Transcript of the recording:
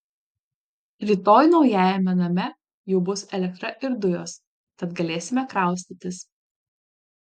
rytoj naujajame name jau bus elektra ir dujos tad galėsime kraustytis